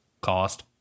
cost